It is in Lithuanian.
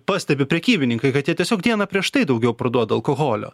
pastebi prekybininkai kad jie tiesiog dieną prieš tai daugiau parduoda alkoholio